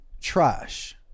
trash